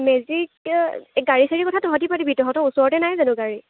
magic গাড়ী চাৰীৰ কথা তহঁতি পাতিবি তহঁতৰ ওচৰতে নাই জানো গাড়ী